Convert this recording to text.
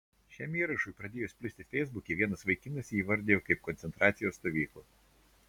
šiam įrašui pradėjus plisti feisbuke vienas vaikinas jį įvardijo kaip koncentracijos stovyklą